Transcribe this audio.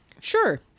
Sure